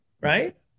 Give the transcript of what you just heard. right